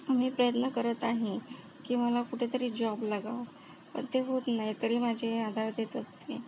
मी प्रयत्न करत आहे की मला कुठे तरी जॉब लागावा पण ते होत नाही तरी माझी आई आधार देत असते